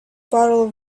bottle